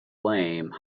flame